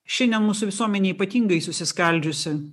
šiandien mūsų visuomenė ypatingai susiskaldžiusi